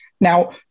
Now